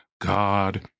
God